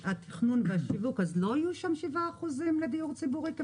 התכנון והשיווק לא יהיו 7% לדיור ציבורי?